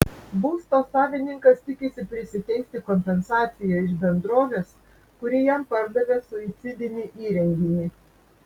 būsto savininkas tikisi prisiteisti kompensaciją iš bendrovės kuri jam pardavė suicidinį įrenginį